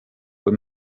kui